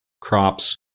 crops